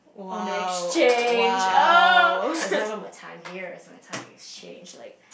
on exchange oh it's not even my time here it's my time in exchange like